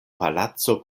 palaco